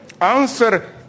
answer